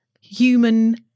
human